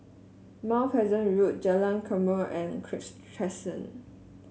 Mount Pleasant Road Jalan Lakum and Kirk Terrace